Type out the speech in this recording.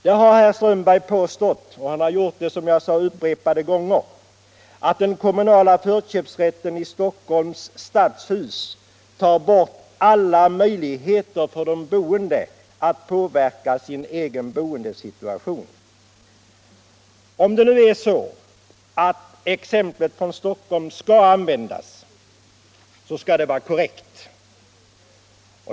Herr Strömberg påstår — och som jag sade har han gjort det upprepade gånger — att den kommunala förköpsrätten, så som den utövas i Stockholms stadshus, gör det helt omöjligt för de boende att påverka sin egen boendesituation. Om det nu är så att detta exempel från Stockholm skall åberopas, så skall det återges körrekt.